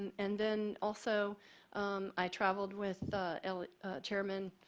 and and then also i traveled with the chairman